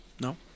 No